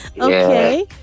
Okay